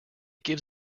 gives